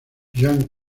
jean